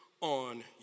on